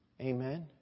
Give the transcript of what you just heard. Amen